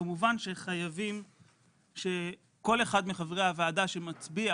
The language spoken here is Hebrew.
כמובן שחייבים שכל אחד מחברי הוועדה שמצביע